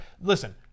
listen